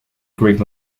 greg